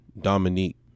Dominique